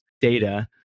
data